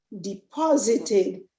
deposited